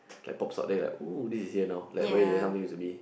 like pops up there like !whoo! this is here now like where it used to be